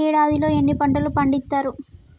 ఏడాదిలో ఎన్ని పంటలు పండిత్తరు?